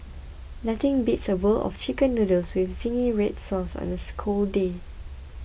nothing beats a bowl of Chicken Noodles with Zingy Red Sauce on a scold day